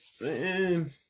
man